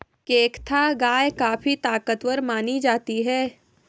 केंकथा गाय काफी ताकतवर मानी जाती है